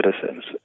citizens